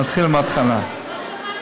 להתחיל מהתחלה.